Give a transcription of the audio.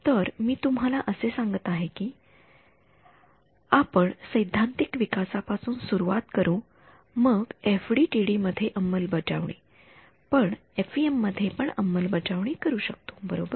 तर मी तुम्हाला हे सांगत आहे कि आपण सैद्धांतिक विकासा पासून सुरुवात करू मग एफडीटीडी मध्ये अंमलबजावणी पण आपण एफइएम मध्ये पण अंमलबजावणी करू शकतो बरोबर